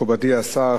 מכובדי השר,